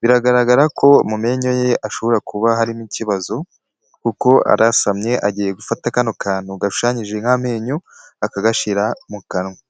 biragaragara ko mu menyo ye ashobora kuba harimo ikibazo, kuko arasamye agiye gufata kano kantu gashushanyije nk'amenyo, akagashira mu kanwa.